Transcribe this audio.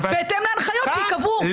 בהתאם להנחיות שייקבעו.